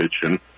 kitchen